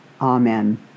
Amen